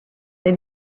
they